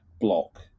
block